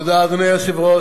תודה, אדוני היושב-ראש.